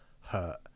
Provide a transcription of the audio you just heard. Hurt